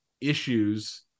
issues